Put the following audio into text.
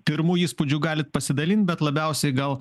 pirmu įspūdžiu galit pasidalint bet labiausiai gal